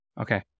Okay